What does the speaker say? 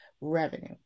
revenue